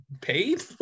paid